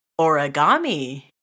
origami